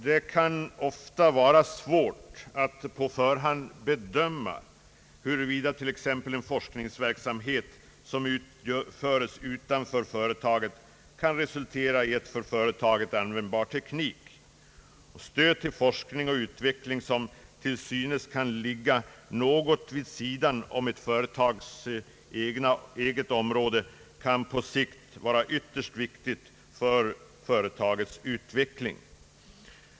Det kan ofta vara svårt att på förhand bedöma huruvida t.ex. en forskningsverksamhet som görs utanför företaget kan resultera i en för företaget användbar teknik. Stöd till forskning och utveckling, som till synes kan ligga något vid sidan om ett företags eget område, kan på sikt vara wvtterst viktigt för företagets utveckling.